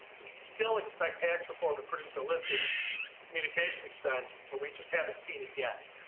we still expect tax reform to produce a lift in communications spend but we just haven't seen it yet.